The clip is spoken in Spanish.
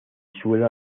suelo